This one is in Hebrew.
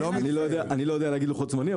אני לא יודע להגיד לוחות זמנים,